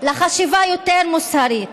לחשיבה יותר מוסרית,